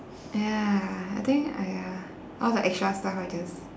ya I think !aiya! all the extra stuff I just